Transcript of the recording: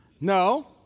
No